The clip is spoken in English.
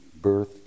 Birth